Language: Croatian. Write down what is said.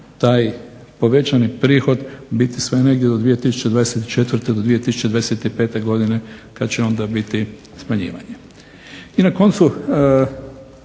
taj povećani prihod biti sve negdje do 2024. do 2025. godine kad će onda biti smanjivanje.